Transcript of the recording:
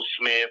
Smith